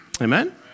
Amen